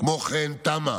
כמו כן, תמ"א,